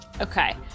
Okay